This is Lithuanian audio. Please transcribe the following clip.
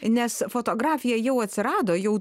nes fotografija jau atsirado jau